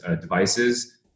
devices